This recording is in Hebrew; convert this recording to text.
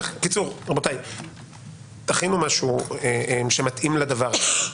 תכינו משהו שמתאים לדבר הזה.